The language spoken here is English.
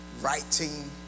writing